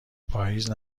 پاییز